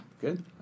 Good